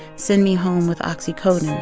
send me home with oxycodone,